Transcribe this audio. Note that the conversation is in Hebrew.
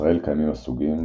בישראל קיימים הסוגים